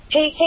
Hey